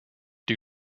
due